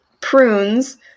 prunes